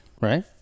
Right